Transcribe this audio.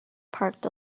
parked